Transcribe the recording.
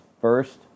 first